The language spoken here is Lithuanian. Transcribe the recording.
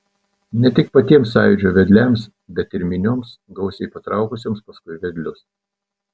ne tik patiems sąjūdžio vedliams bet ir minioms gausiai patraukusioms paskui vedlius